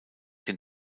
den